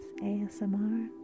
ASMR